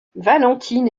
valentine